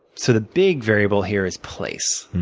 so the big variable here is place.